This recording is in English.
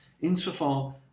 insofar